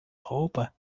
roupa